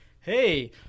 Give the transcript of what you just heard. hey